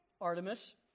Artemis